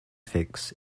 fix